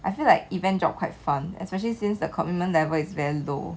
I feel like event job quite fun especially since the commitment level is very low